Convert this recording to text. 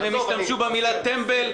והם השתמשו במילים: "טמבל",